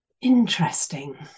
Interesting